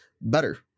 better